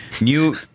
New